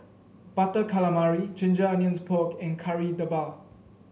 Butter Calamari Ginger Onions Pork and Kari Debal